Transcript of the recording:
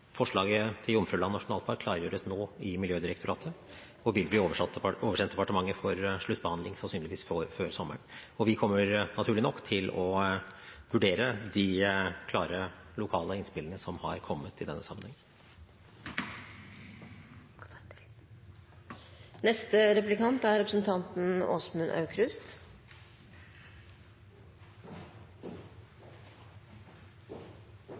Forslaget til Jomfruland nasjonalpark klargjøres nå i Miljødirektoratet og vil bli oversendt departementet for sluttbehandling – sannsynligvis før sommeren. Vi kommer naturlig nok til å vurdere de klare lokale innspillene som har kommet i denne sammenheng. La meg takke statsråden for et godt innlegg. Jeg synes det er